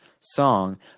song